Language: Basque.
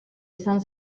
izan